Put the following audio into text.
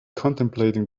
contemplating